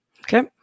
Okay